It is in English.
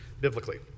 biblically